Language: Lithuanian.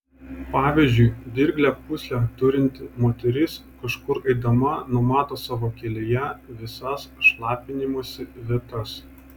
pavyzdžiui dirglią pūslę turinti moteris kažkur eidama numato savo kelyje visas šlapinimosi vietas